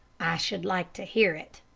i should like to hear it,